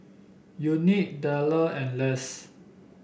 Unique Dale and Less